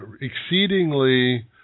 exceedingly –